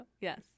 yes